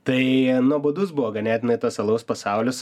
tai nuobodus buvo ganėtinai tas alaus pasaulis